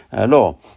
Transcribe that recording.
law